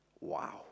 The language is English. Wow